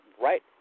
right